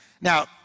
Now